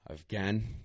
Again